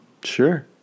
Sure